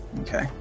okay